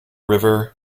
river